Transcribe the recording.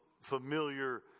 familiar